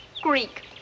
Greek